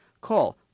Call